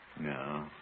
No